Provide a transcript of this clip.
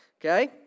okay